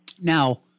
Now